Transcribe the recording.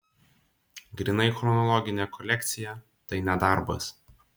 grynai chronologinė kolekcija tai ne darbas